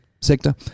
sector